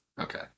Okay